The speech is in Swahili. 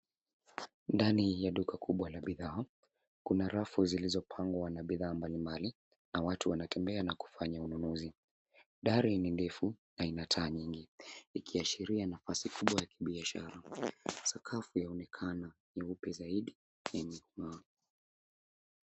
Ndani ya duka kubwa la bidhaa kuna rafu zilizopangwa na bidhaa mbalimbali na kuna watu wanatembea na kufanya ununuzi. Dari ni ndefu na ina taa nyingi ikiashiria nafasi kubwa ya kibiashara. Sakafu yaonekana nyeupe zaidi yenye kung'aa.